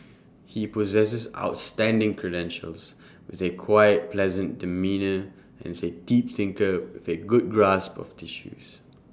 he possesses outstanding credentials with A quiet pleasant demeanour and is A deep thinker with A good grasp of issues